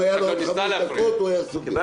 אם היו לו עוד חמש דקות הוא היה סוגר...